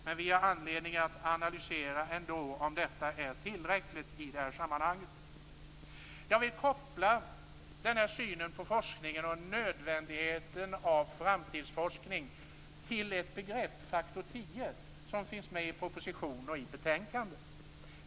Men vi har ändå anledning att analysera om det är tillräckligt. Jag vill koppla synen på forskningen och nödvändigheten av framtidsforskning till ett begrepp, faktor 10, som finns med i proposition och i betänkande.